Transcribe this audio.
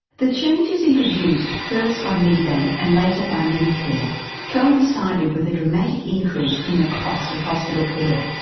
the changes introduced first by medibank and later by medicare coincided with a dramatic increase in the cost of hospital care,